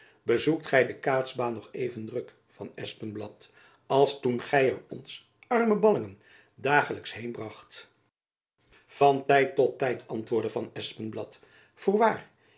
bezoekt gy de kaatsbaan nog even druk van espenblad als toen gy er ons arme ballingen dagelijks heen bracht jacob van lennep elizabeth musch van tijd tot tijd antwoordde van espenblad voorwaar